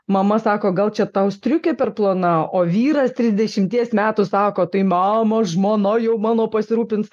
mama sako gal čia tau striukė per plona o vyras trisdešimties metų sako tai mama žmona jau mano pasirūpins